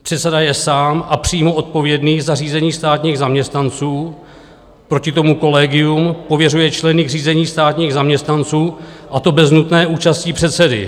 Předseda je sám a přímo odpovědný za řízení státních zaměstnanců, proti tomu kolegium pověřuje členy k řízení státních zaměstnanců, a to bez nutné účasti předsedy.